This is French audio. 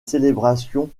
célébrations